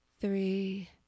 three